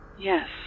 Yes